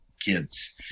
kids